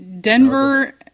Denver